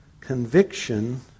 conviction